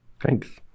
Thanks